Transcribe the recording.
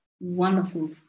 wonderful